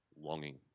longing